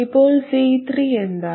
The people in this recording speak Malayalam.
ഇപ്പോൾ C3 എന്താണ്